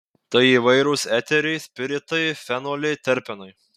tai įvairūs eteriai spiritai fenoliai terpenai